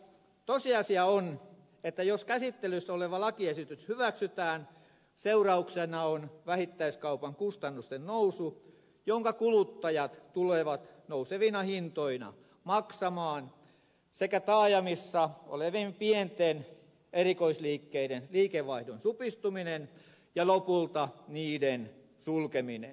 tosiasia on että jos käsittelyssä oleva lakiesitys hyväksytään seurauksena on vähittäiskaupan kustannusten nousu jonka kuluttajat tulevat nousevina hintoina maksamaan sekä taajamissa olevien pienten erikoisliikkeiden liikevaihdon supistuminen ja lopulta niiden sulkeminen